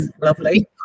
lovely